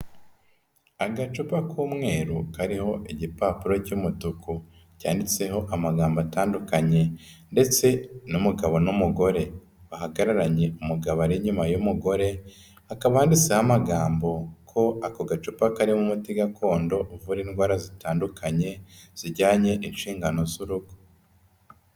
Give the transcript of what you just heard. Agacupa k'umweru kariho igipapuro cy'umutuku cyanditseho amagambo atandukanye ndetse n'umugabo n'umugore, bahagararanye, umugabo ari inyuma y'umugore, hakaba handintseho amagambo ko ako gacupa karimo umuti gakondo uvura indwara zitandukanye zijyanye n'inshingano z'urugo.